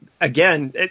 again